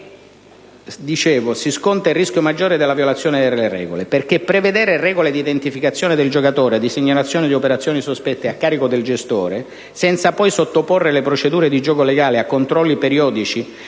dei controlli si sconta il rischio maggiore della violazione delle regole: prevedere regole di identificazione del giocatore o di segnalazione di operazioni sospette a carico del gestore senza poi sottoporre le procedure di gioco legale a controlli periodici